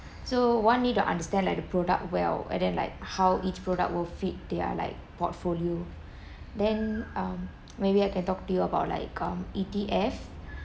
so one need to understand like the product well and then like how each product will fit their like portfolio then maybe um I can talk to you about like um E_T_F